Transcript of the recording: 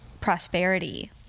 prosperity